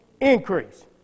increase